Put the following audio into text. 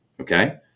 okay